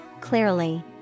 clearly